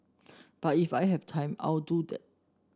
but if I have time I'll do that